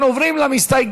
אנחנו עוברים למסתייגים.